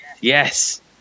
Yes